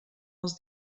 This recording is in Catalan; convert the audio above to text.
els